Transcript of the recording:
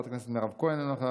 אינו נוכח,